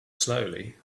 slowly